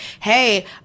Hey